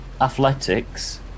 Athletics